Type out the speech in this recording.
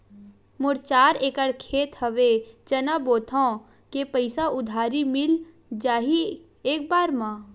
मोर चार एकड़ खेत हवे चना बोथव के पईसा उधारी मिल जाही एक बार मा?